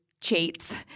cheats